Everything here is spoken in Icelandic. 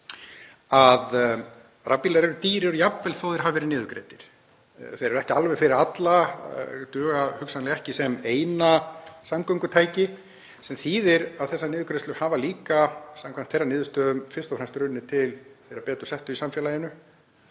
að rafbílar eru dýrir jafnvel þó að þeir hafi verið niðurgreiddir. Þeir eru ekki alveg fyrir alla, duga hugsanlega ekki sem eina samgöngutækið, sem þýðir að þessar niðurgreiðslur hafa líka samkvæmt þeirra niðurstöðum fyrst og fremst runnið til þeirra betur settu í samfélaginu